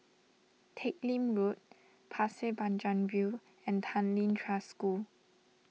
Teck Lim Road Pasir Panjang View and Tanglin Trust School